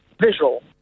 visual